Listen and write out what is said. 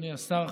אדוני השר,